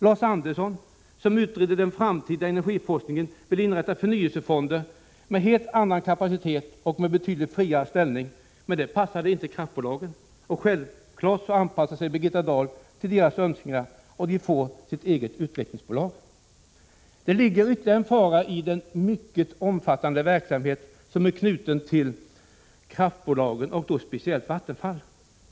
Lars Andersson, som utredde den framtida energiforskningen, ville inrätta förnyelsefonder med helt annan kapacitet och med en betydligt friare ställning, men det passade inte kraftbolagen, och självfallet anpassar sig Birgitta Dahl till deras önskningar, och de får sitt eget utvecklingsbolag. Det ligger ytterligare en fara i den mycket omfattande verksamhet som är knuten till kraftbolagen, speciellt Vattenfall.